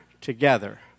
together